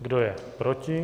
Kdo je proti?